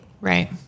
Right